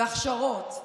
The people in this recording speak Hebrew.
והכשרות.